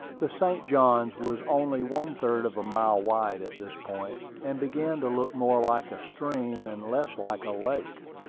the st. johns was only one-third of a mile wide at this point, and began to look more like a stream and less like a lake.